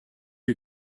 est